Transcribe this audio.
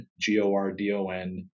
G-O-R-D-O-N